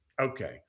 Okay